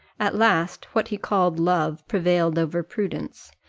at last, what he called love prevailed over prudence,